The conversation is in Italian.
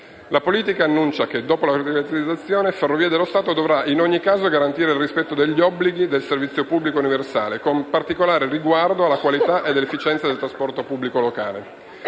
La politica annuncia che, dopo la privatizzazione, Ferrovie dello Stato dovrà in ogni caso garantire il rispetto degli obblighi del servizio pubblico universale, con particolare riguardo alla qualità ed efficienza del trasposto pubblico locale.